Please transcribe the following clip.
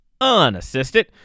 unassisted